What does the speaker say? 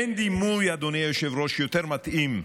אין דימוי יותר מתאים מזה,